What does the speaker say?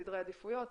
סדרי עדיפויות,